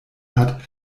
hat